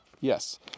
yes